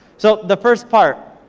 so, the first part,